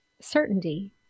certainty